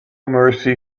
mercy